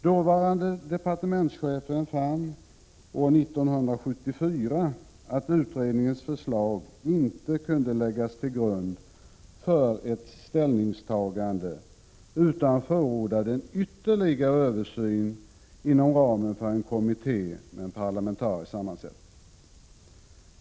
Dåvarande departementschef fann år 1974 att utredningens förslag inte kunde läggas till grund för ett ställningstagande utan förordade en ytterligare översyn inom ramen för en kommitté med parlamentarisk sammansättning.